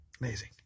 Amazing